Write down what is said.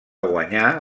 guanyar